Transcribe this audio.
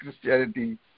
Christianity